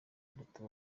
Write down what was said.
uruta